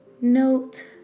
note